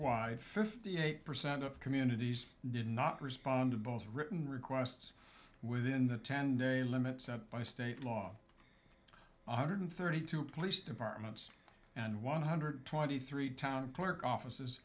statewide fifty eight percent of communities did not respond to both written requests within the ten day limit set by state law one hundred thirty two police departments and one hundred twenty three town clerk offices